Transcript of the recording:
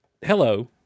Hello